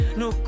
no